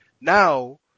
now